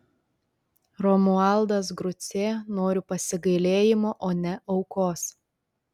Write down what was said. romualdas grucė noriu pasigailėjimo o ne aukos